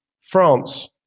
France